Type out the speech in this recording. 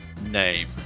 name